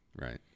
Right